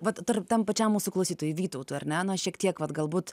vat dar tam pačiam mūsų klausytojui vytautui ar ne na šiek tiek vat galbūt